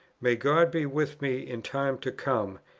may god be with me in time to come,